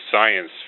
science